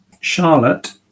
Charlotte